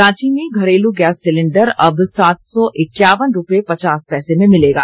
रांची में घरेलू gas cylinder अब सात सौ इक्यावन रूपये पचास पैसे में मिलेगा